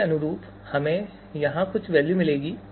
इसके अनुरूप हमें यहां कुछ वैल्यू मिलेगी